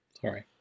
sorry